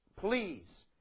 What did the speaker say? Please